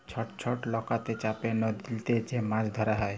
ছট ছট লকাতে চাপে লদীতে যে মাছ ধরা হ্যয়